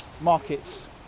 markets